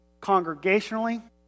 congregationally